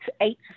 eight